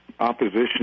opposition